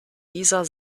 dieser